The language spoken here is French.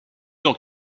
dans